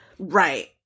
Right